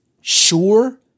sure